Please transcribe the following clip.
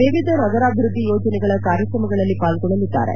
ವಿವಿಧ ನಗರಾಭಿವ್ಯದ್ಲಿ ಯೊಜನೆಗಳ ಕಾರ್ಯಕ್ರಮಗಳಲ್ಲಿ ಪಾಲ್ಗೊಳ್ಳಲಿದ್ದಾರೆ